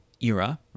era